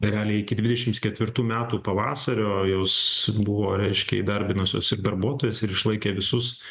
realiai iki dvidešims ketvirtų metų pavasario jos buvo reiškia įdarbinusios ir darbuotojas ir išlaikė visus